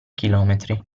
chilometri